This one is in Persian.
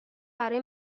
برای